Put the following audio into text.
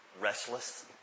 restless